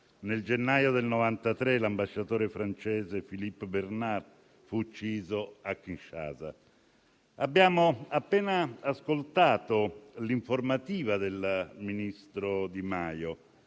nel gennaio del 1993 l'ambasciatore francese Philippe Bernard fu ucciso a Kinshasa. Abbiamo appena ascoltato l'informativa del ministro Di Maio.